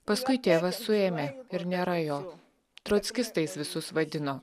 paskui tėvą suėmė ir nėra jo trockistais visus vadino